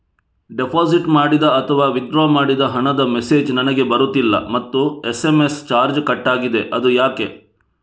Deposit ಮಾಡಿದ ಅಥವಾ withdraw ಮಾಡಿದ ಹಣದ ಮೆಸೇಜ್ ನನಗೆ ಬರುತ್ತಿಲ್ಲ ಮತ್ತು ಎಸ್.ಎಂ.ಎಸ್ ಚಾರ್ಜ್ ಕಟ್ಟಾಗಿದೆ ಅದು ಯಾಕೆ?